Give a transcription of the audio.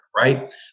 Right